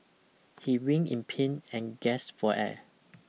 he wring in pain and gasped for air